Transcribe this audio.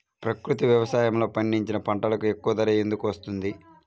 ప్రకృతి వ్యవసాయములో పండించిన పంటలకు ఎక్కువ ధర ఎందుకు వస్తుంది?